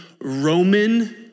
Roman